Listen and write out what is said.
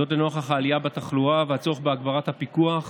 זאת, לנוכח העלייה בתחלואה והצורך בהגברת הפיקוח